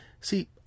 see